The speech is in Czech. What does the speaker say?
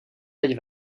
teď